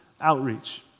outreach